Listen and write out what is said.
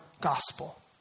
gospel